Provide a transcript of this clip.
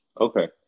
okay